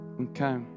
Okay